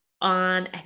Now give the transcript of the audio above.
On